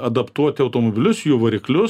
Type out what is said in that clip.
adaptuoti automobilius jų variklius